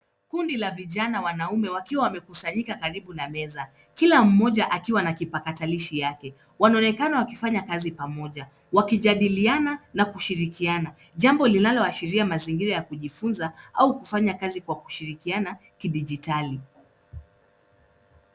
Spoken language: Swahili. Kundi la vijana wanaume wakiwa wamekusanyika karibu na meza. Kila mmoja akiwa na kipatakalishi yake. Wanaonekana wakifanya kazi pamoja, wakijadiliana ana kushirikiana. Jambo linaloashiria mazingira ya kujifunza au kufanya kazi kwa kushirikiana kidijitali.